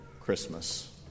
Christmas